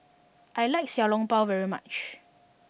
I like Xiao Long Bao very much